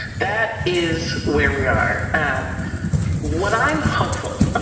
that is where we are. um what i'm hopeful and